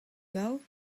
gav